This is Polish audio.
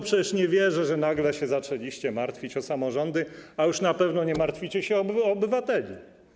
Przecież nie wierzę, że nagle zaczęliście się martwić o samorządy, a już na pewno nie martwicie się o obywateli.